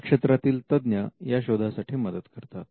या क्षेत्रातील तज्ञ या शोधासाठी मदत करतात